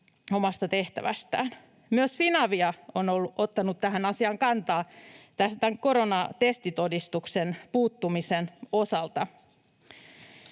omasta tehtävästään. Myös Finavia on ottanut tähän asiaan kantaa tämän koronatestitodistuksen puuttumisen osalta.